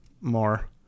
more